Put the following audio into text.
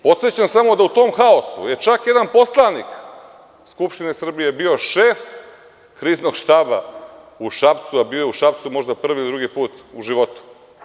Podsećam samo da u tom haosu je čak jedan poslanik Skupštine Srbije bio šef kriznog štaba u Šapcu, a bio je u Šapcu možda prvi ili drugi put u životu.